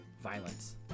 violence